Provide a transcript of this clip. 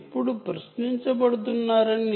interrogation అంటే ఏమిటి